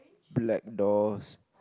black doors